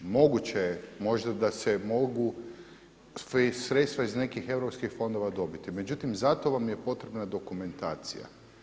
Moguće je možda da se mogu sredstva iz nekih EU fondova dobiti, međutim za to vam je potrebna dokumentacija.